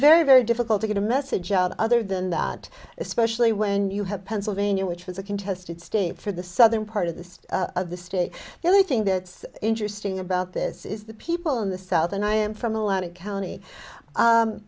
very very difficult to get a message out other than that especially when you have pennsylvania which was a contested state for the southern part of the state of the state the other thing that's interesting about this is the people in the south and i am from a lot of county